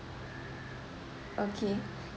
okay